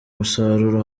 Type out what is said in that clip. musaruro